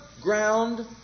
ground